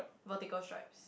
vertical stripes